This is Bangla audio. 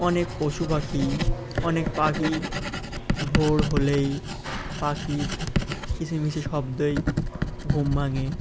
অনেক পশু পাখি অনেক পাখি ভোর হলেই পাখির কিচিরমিচির শব্দেই ঘুম ভাঙে